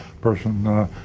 person